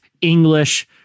English